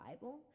Bible